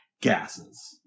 gases